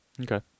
Okay